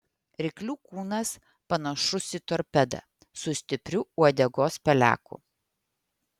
ryklių kūnas panašus į torpedą su stipriu uodegos peleku